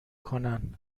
کنن